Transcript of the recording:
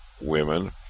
women